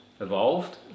evolved